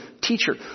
teacher